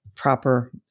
proper